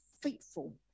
Faithful